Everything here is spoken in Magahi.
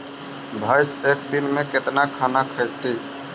भैंस एक दिन में केतना खाना खैतई?